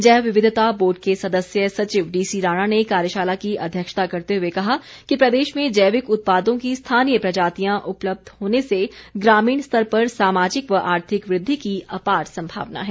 जैव विविधता बोर्ड के सदस्य सचिव डीसी राणा ने कार्यशाला की अध्यक्षता करते हुए कहा कि प्रदेश में जैविक उत्पादों की स्थानीय प्रजातियां उपलब्ध होने से ग्रामीण स्तर पर सामाजिक व आर्थिक वृद्धि की अपार संभावना है